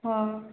ହଁ